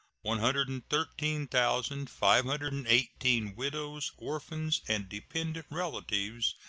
one hundred and thirteen thousand five hundred and eighteen widows, orphans, and dependent relatives,